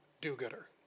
do-gooder